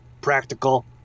practical